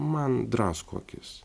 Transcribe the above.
man drasko akis